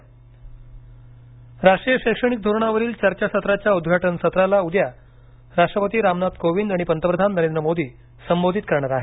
राष्ट्रीय शैक्षणिक धोरण राष्ट्रीय शैक्षणिक धोरणावरील चर्चासत्राच्या उद्घाटन सत्राला उद्या राष्ट्रपती रामनाथ कोविंद आणि पंतप्रधान नरेंद्र मोदी संबोधित करणार आहेत